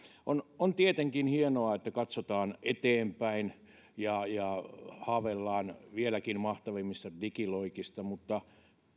on on tietenkin hienoa että katsotaan eteenpäin ja ja haaveillaan vieläkin mahtavammista digiloikista mutta